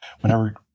whenever